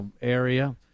area